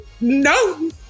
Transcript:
No